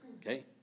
Okay